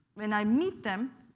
when i meet them,